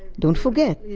don't forget,